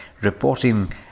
reporting